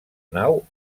nau